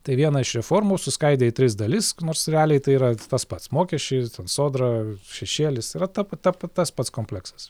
tai vieną iš reformų suskaidė į tris dalis nors realiai tai yra tas pats mokesčiai ten sodra šešėlis yra tap tap tas pats kompleksas